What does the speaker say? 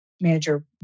manager